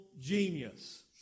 genius